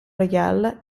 royal